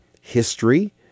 history